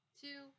two